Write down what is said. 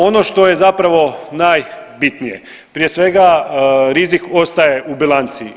Ono što je zapravo najbitnije, prije svega rizik ostaje u bilanci.